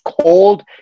cold